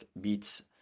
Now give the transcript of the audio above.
beats